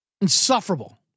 insufferable